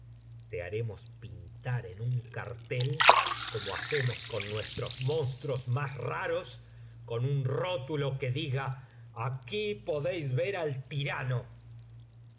te haremos pintar en un cartel como hacemos con nuestros monstruos más raros con un rótulo que diga aquí podéis ver al tirano